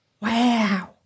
Wow